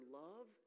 love